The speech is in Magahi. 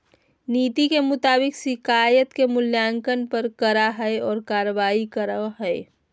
नीति के मुताबिक शिकायत के मूल्यांकन करा हइ और कार्रवाई करा हइ